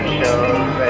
shows